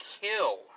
kill